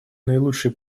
наилучшие